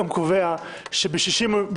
הגיעו לתאריך מוסכם שכולם הסכימו עליו.